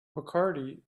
bacardi